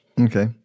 Okay